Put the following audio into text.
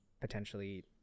potentially